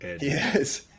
Yes